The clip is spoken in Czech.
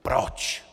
Proč?!